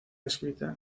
escrita